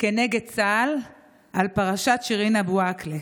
כנגד צה"ל על פרשת שירין אבו עאקלה.